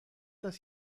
does